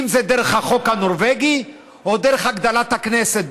אם זה דרך החוק הנורבגי או דרך הגדלת הכנסת.